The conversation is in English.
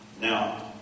Now